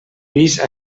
vist